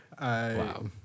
Wow